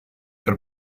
per